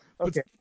Okay